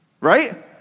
Right